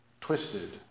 twisted